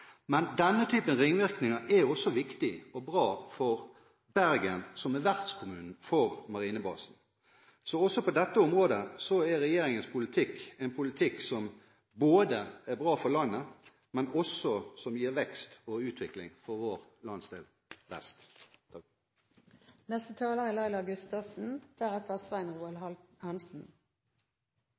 men denne typen ringvirkninger er også viktig og bra for Bergen, som er vertskommune for marinebasen. Også på dette området er regjeringens politikk en politikk som både er bra for landet og gir vekst og utvikling for vår landsdel